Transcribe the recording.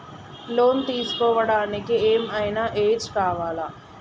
Loan తీస్కోవడానికి ఏం ఐనా ఏజ్ కావాలా?